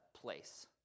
place